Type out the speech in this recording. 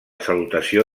salutació